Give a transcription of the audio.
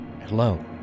hello